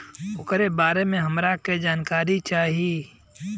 ओकरा बारे मे हमरा के जानकारी चाही?